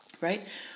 right